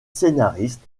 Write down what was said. scénariste